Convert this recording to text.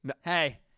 Hey